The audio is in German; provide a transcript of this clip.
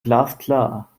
glasklar